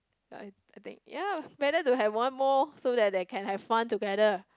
like I think ya better to have one more so that they can have fun together